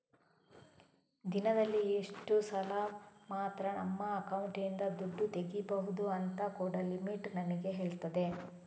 ದಿನದಲ್ಲಿ ಇಷ್ಟು ಸಲ ಮಾತ್ರ ನಮ್ಮ ಅಕೌಂಟಿನಿಂದ ದುಡ್ಡು ತೆಗೀಬಹುದು ಅಂತ ಕೂಡಾ ಲಿಮಿಟ್ ನಮಿಗೆ ಹೇಳ್ತದೆ